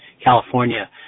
California